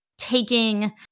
taking